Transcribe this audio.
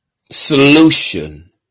solution